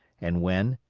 and when,